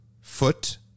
Foot